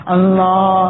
Allah